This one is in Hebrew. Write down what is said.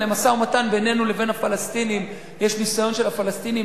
למשא-ומתן בינינו לבין הפלסטינים יש ניסיון של הפלסטינים